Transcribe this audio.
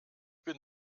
bin